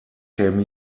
came